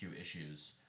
issues